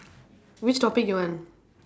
which topic you want